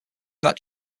that